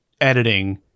editing